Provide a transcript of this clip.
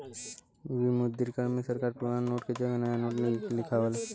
विमुद्रीकरण में सरकार पुराना नोट के जगह नया नोट लियावला